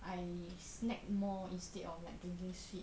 I snack more instead of like drinking sweet